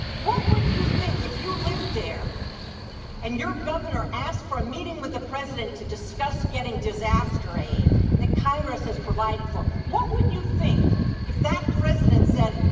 what would you think if you lived there and your governor asked for a meeting with the president to discuss getting disaster aid that congress has provided for? what would you think if that president said,